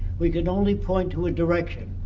we can only point to a direction.